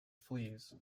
fleas